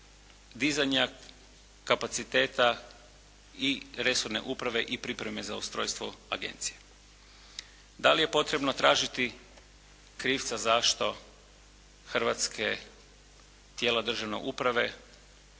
dizanja kapaciteta i resorne uprave i pripreme za ustrojstvo agencije. Da li je potrebno tražiti krivca zašto hrvatske tijela državne uprave